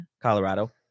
Colorado